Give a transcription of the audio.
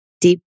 deep